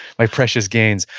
my precious gains.